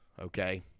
okay